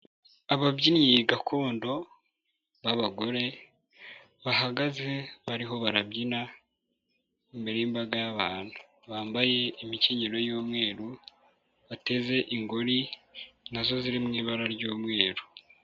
Ababyinnyi gakondo b'abagore bahagaze bariho barabyina imbere y'imbaga y'abantu, bambaye imikenyero y'umweru bateze ingori na zo ziri mu ibara ry'umweru.